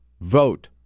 Vote